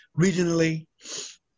regionally